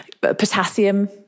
Potassium